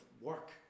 work